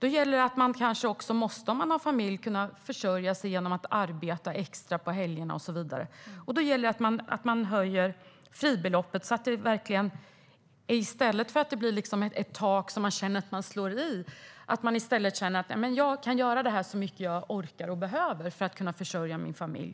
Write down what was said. Om man då har familj måste man kanske kunna försörja sig genom att arbeta extra på helger och så vidare. Då gäller det att fribeloppet höjs, så att man inte slår i taket utan kan jobba så mycket man orkar och behöver för att kunna försörja sin familj.